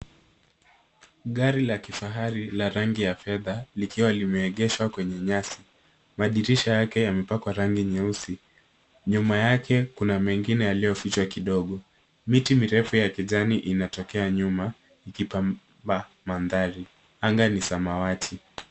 Gari la kifahari la rangi ya fedha likiwa limeegeshwa kwenye nyasi. Madirisha yake yamepakwa rangi nyeusi. Nyuma yake kuna mengine yaliyofichwa kidogo. Miti mirefu ya kijani inatokea nyuma, ikipamba mandhari. Anga ni samawati.